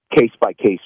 case-by-case